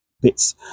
Bits